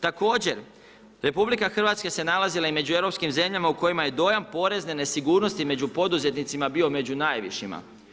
Također RH se nalazila i među europskih zemljama u kojima je dojam porezne nesigurnosti među poduzetnicima bio među najvišima.